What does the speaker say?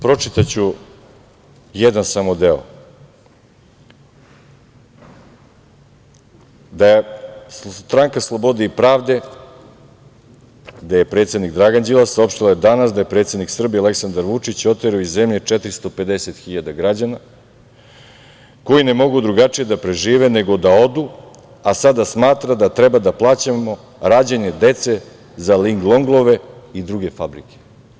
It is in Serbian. Pročitaću samo jedan deo: „Stranka slobode i pravde, gde je predsednik Dragan Đilas, saopštila je danas da je predsednik Srbije Aleksandar Vučić oterao iz zemlje 450.000 građana koji ne mogu drugačije da prežive nego da odu, a sada smatra da treba da plaćamo rađanje dece za „Linglongove“ i druge fabrike“